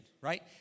right